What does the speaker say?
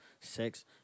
sex